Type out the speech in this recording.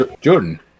Jordan